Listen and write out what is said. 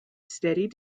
steady